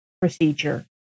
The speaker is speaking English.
procedure